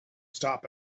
stop